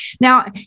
Now